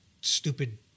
stupid